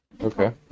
okay